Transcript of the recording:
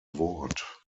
wort